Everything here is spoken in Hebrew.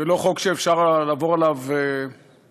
זה לא חוק שאפשר לעבור עליו לסדר.